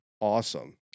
awesome